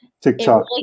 TikTok